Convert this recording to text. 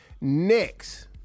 Next